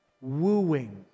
wooing